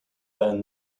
ran